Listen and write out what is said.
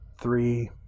three